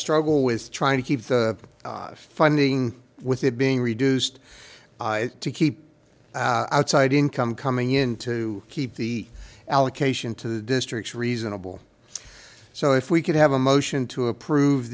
struggle with trying to keep funding with it being reduced i to keep outside income coming in to keep the allocation to the districts reasonable so if we could have a motion to approve